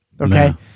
okay